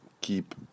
keep